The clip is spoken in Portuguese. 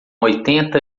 oitenta